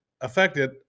affected